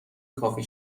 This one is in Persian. کافی